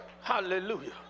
Hallelujah